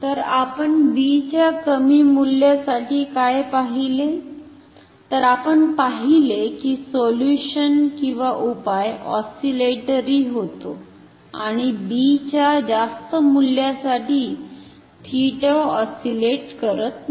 तर आपण b च्या कमी मूल्यासाठी काय पाहिले तर आपण पाहिले की सोल्युशन उपाय ऑस्सिलेटरी होतो आणि b च्या जास्त मूल्यासाठी 𝜃 ऑस्सिलेट करत नाही